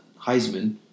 Heisman